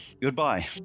goodbye